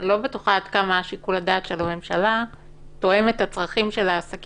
שאני לא בטוחה עד כמה שיקול הדעת של הממשלה תואם את הצרכים של העסקים.